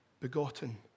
begotten